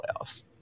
playoffs